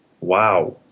Wow